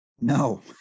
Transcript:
no